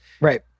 Right